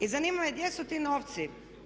I zanima me gdje su ti novci.